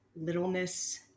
littleness